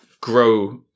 grow